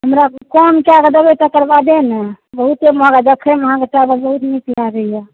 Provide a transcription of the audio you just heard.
हमरा कम कऽ कऽ देबै तकर बादे ने बहुते महगा देखैमे अहाँके चावल बहुत नीक लागैए